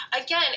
again